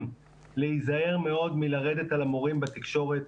להיזהר מאוד מלרדת על המורים בתקשורת.